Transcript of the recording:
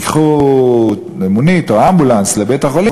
ייקחו מונית או אמבולנס לבית-חולים,